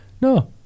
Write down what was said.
no